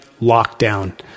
lockdown